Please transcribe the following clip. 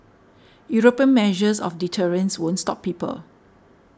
European measures of deterrence won't stop people